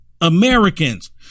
Americans